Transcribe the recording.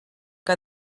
que